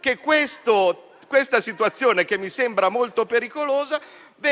che questa situazione, che mi sembra molto pericolosa, venisse